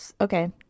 Okay